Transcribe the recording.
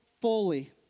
fully